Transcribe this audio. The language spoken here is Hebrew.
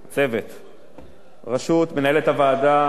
מנהלת הוועדה, גברת לאה ורון,